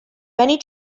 many